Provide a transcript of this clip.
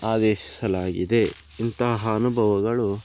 ಆದೇಶಿಸಲಾಗಿದೆ ಇಂತಹ ಅನುಭವಗಳು